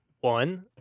one